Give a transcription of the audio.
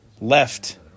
Left